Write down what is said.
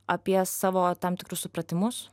apie savo tam tikrus supratimus